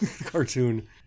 cartoon